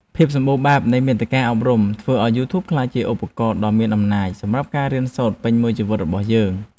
ភាពសម្បូរបែបនៃមាតិកាអប់រំធ្វើឱ្យយូធូបក្លាយជាឧបករណ៍ដ៏មានអំណាចសម្រាប់ការរៀនសូត្រពេញមួយជីវិតរបស់យើង។